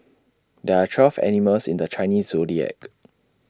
there are twelve animals in the Chinese Zodiac